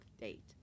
date